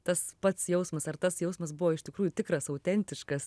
tas pats jausmas ar tas jausmas buvo iš tikrųjų tikras autentiškas